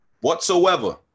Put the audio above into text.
whatsoever